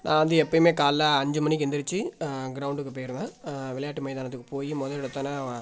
நான் வந்து எப்பயுமே காலைல அஞ்சு மணிக்கு எந்துருச்சு க்ரௌண்டுக்கு போயிவிடுவேன் விளையாட்டு மைதானத்துக்கு போய் முத எடுத்தொனே